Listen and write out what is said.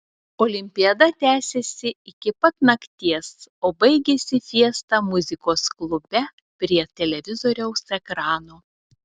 olimpiada tęsėsi iki pat nakties o baigėsi fiesta muzikos klube prie televizoriaus ekrano